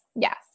Yes